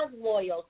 loyalty